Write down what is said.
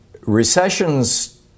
recessions